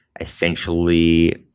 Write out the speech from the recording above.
essentially